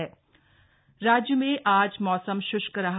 मौसम राज्य में आज मौसम शुष्क रहा